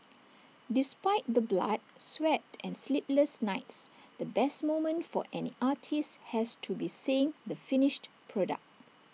despite the blood sweat and sleepless nights the best moment for any artist has to be seeing the finished product